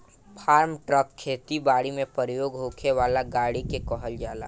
form truck खेती बारी में प्रयोग होखे वाला गाड़ी के कहल जाला